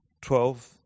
Twelve